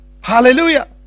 Hallelujah